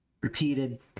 repeated